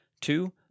Two